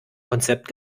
konzept